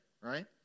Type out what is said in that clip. right